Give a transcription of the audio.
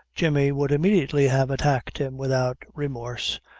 jemmy would immediately have attacked him without remorse,